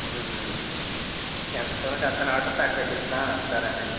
ఎంత దూరం నుంచి వస్తున్నావు కాబట్టి తక్కువకు ఇచ్చిన సరేనే